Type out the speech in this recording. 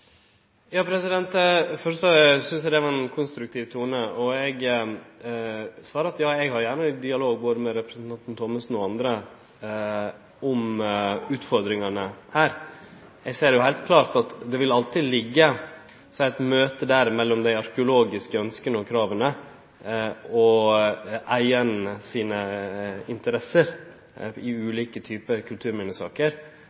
synest eg det var ein konstruktiv tone, og eg svarer: Ja, eg har gjerne ein dialog med både representanten Thommessen og andre om utfordringane her. Eg ser jo heilt klart at det vil alltid vere eit møte mellom dei arkeologiske ønska og krava og eigaren sine interesser i